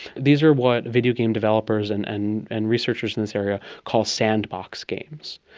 these are what videogame developers and and and researchers in this area call sandbox games.